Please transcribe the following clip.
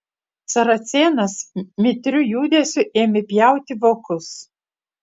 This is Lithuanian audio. saracėnas mitriu judesiu ėmė pjauti vokus